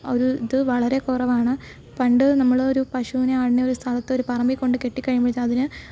ഒരു ഇത് വളരെ കുറവാണ് പണ്ട് നമ്മൾള് ഒരു പശുവിനെ അന്യ ഒരു സ്ഥലത്ത് ഒരു പറമ്പിൽ കൊണ്ട് കെട്ടി കഴിയുമ്പോഴത്തേക്കും അതിന്